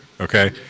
Okay